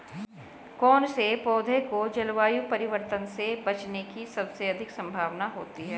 कौन से पौधे को जलवायु परिवर्तन से बचने की सबसे अधिक संभावना होती है?